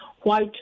white